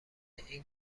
این